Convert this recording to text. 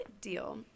deal